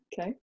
Okay